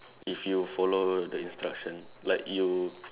if you follow the instruction like you